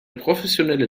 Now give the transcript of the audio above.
professionelle